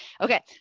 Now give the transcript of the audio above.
Okay